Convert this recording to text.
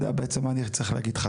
אתה יודע בעצם, מה אני צריך להגיד לך?